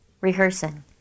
rehearsing